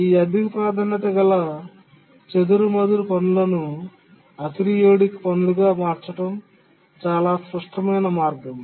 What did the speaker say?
ఈ అధిక ప్రాధాన్యత గల చెదురుమదురు పనులను అపెరియోడిక్ పనులుగా మార్చడం చాలా స్పష్టమైన మార్గం